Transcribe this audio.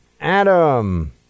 Adam